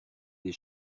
des